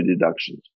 deductions